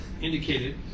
indicated